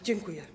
Dziękuję.